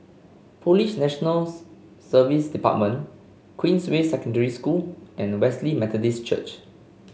Police National Service Department Queensway Secondary School and Wesley Methodist Church